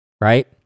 right